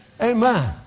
Amen